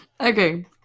Okay